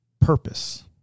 purpose